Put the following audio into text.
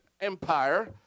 empire